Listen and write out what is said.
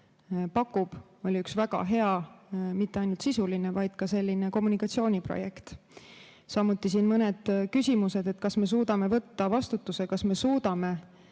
pakub, oli väga hea mitte ainult sisuline, vaid ka kommunikatsiooniprojekt. Samuti olid siin mõned küsimused, kas me suudame võtta vastutuse, kas me suudame